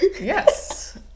Yes